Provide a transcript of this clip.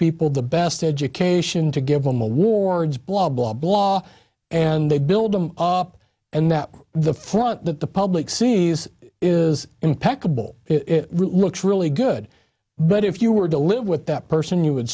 people the best education to give them awards blah blah blah and they build them up and that the front that the public sees is impeccable it looks really good but if you were to live with that person you would